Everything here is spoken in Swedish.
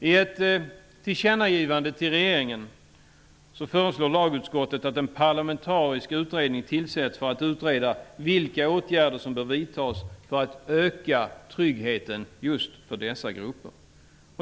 I ett tillkännagivande till regeringen föreslår lagutskottet att en parlamentarisk utredning tillsätts för att utreda vilka åtgärder som bör vidtas för att öka tryggheten just för dessa grupper.